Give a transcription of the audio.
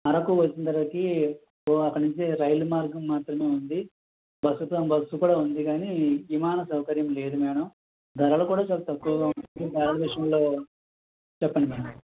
అరకు వచ్చిందరకి ఓ అక్కడినుంచి రైలు మార్గము మాత్రమే ఉంది బస్ సౌ బస్ సౌకర్యం కూడా ఉంది కాని విమాన సౌకర్యం లేదు మేడం ధరలు కూడా చాలా తక్కువుగా ఉంటాయి ధరల విషయంలో చెప్పండి మేడం